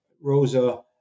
Rosa